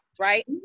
right